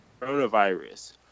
coronavirus